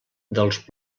dels